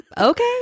Okay